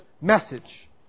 message